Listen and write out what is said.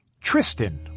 Tristan